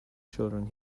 children